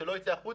שלא יצא החוצה,